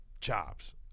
chops